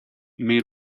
may